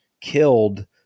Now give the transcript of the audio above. killed